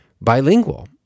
bilingual